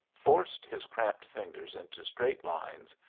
forced his cramped fingers into straight lines,